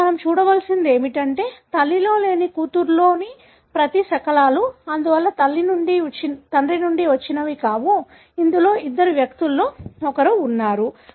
ఇప్పుడు మనం చూడవలసినది ఏమిటంటే తల్లిలో లేని కూతురులోని ప్రతి శకలాలు అందువల్ల తండ్రి నుండి వచ్చినవి కావచ్చు ఇందులో ఇద్దరు వ్యక్తులలో ఒకరు ఉన్నారు